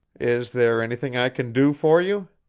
is there anything i can do for you?